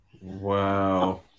Wow